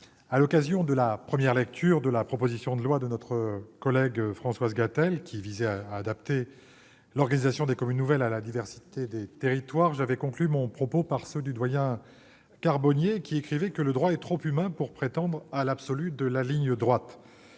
à l'occasion de la première lecture de la proposition de loi de notre collègue Françoise Gatel visant à adapter l'organisation des communes nouvelles à la diversité des territoires, j'avais conclu mon propos par ceux du doyen Jean Carbonnier, qui écrivait que « le droit est trop humain pour prétendre à l'absolu de la ligne droite